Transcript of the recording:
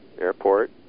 Airport